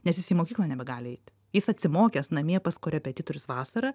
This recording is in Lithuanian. nes jis į mokyklą nebegali eit jis atsimokęs namie pas korepetitorius vasarą